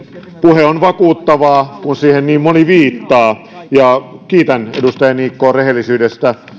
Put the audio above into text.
puhe on vakuuttavaa kun siihen niin moni viittaa kiitän edustaja niikkoa rehellisyydestä